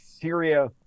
Syria